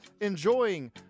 enjoying